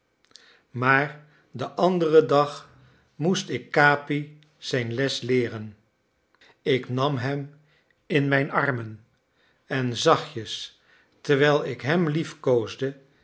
maar den anderen dag moest ik capi zijn les leeren ik nam hem in mijn armen en zachtjes terwijl ik hem liefkoosde